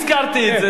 הזכרתי את זה,